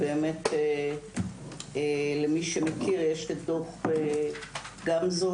יש את דוח גמזו,